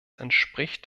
entspricht